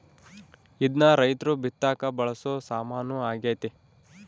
ಇದ್ನ ರೈರ್ತು ಬಿತ್ತಕ ಬಳಸೊ ಸಾಮಾನು ಆಗ್ಯತೆ